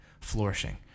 flourishing